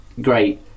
great